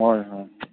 ꯍꯣꯏ ꯍꯣꯏ